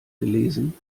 gelesen